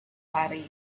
hari